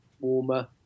warmer